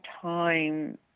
time